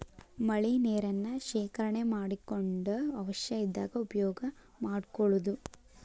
ಮಳಿ ನೇರನ್ನ ಶೇಕರಣೆ ಮಾಡಕೊಂಡ ಅವಶ್ಯ ಇದ್ದಾಗ ಉಪಯೋಗಾ ಮಾಡ್ಕೊಳುದು